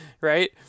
right